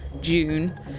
June